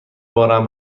بارم